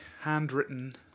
handwritten